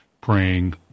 praying